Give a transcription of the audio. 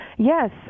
Yes